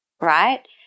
right